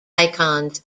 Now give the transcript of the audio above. icons